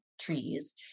trees